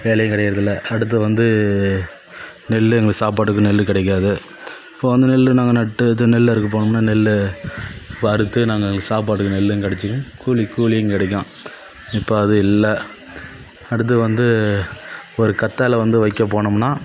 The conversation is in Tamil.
வேலையும் கிடைக்கிறதில்ல அடுத்து வந்து நெல் எங்களுக்கு சாப்பாட்டுக்கு நெல் கிடைக்காது அப்போது வந்து நெல் நாங்கள் நட்டு இது நெல் அறுக்க போனோம்னால் நெல் இப்போ அறுத்து நாங்கள் சாப்பாட்டுக்கு நெல்லும் கெடச்சிடும் கூலிக்கு கூலியும் கிடைக்கும் இப்போ அது இல்லை அடுத்தது வந்து ஒரு கத்தாழை வந்து வைக்க போனோம்னால்